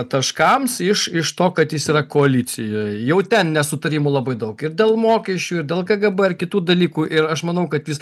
taškams iš iš to kad jis yra koalicijoj jau ten nesutarimų labai daug ir dėl mokesčių ir dėl kgb ir kitų dalykų ir aš manau kad jis